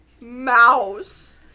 mouse